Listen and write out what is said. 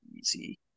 easy